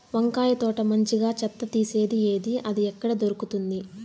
వంకాయ తోట మంచిగా చెత్త తీసేది ఏది? అది ఎక్కడ దొరుకుతుంది?